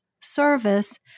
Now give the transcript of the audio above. service